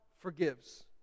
forgives